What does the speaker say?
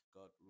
God